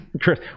Chris